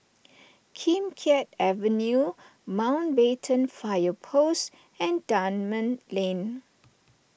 Kim Keat Avenue Mountbatten Fire Post and Dunman Lane